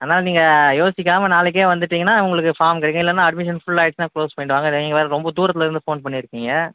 அதனால் நீங்கள் யோசிக்காமல் நாளைக்கே வந்துட்டீங்கன்னால் உங்களுக்கு ஃபார்ம் கிடைக்கும் இல்லைனா அட்மிஷன் ஃபுல் ஆகிடுச்சின்னா க்ளோஸ் பண்ணிடுவாங்க நீங்கள் வேறு ரொம்ப தூரத்துலேருந்து ஃபோன் பண்ணிருக்கீங்கள்